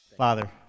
Father